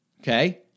okay